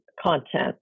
content